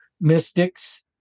mystics